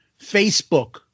Facebook